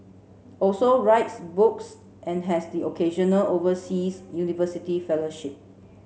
also writes books and has the occasional overseas university fellowship